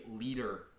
leader